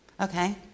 okay